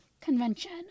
convention